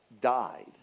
died